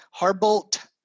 Harbolt